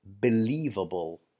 believable